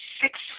six